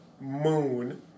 moon